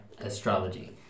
astrology